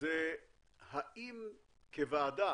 זה האם כוועדה